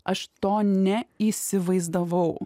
aš to neįsivaizdavau